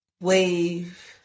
wave